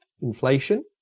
inflation